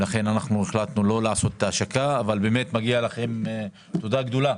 לכן החלטנו לא לעשות השקה אבל באמת מגיעה לכם תודה גדולה